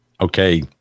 okay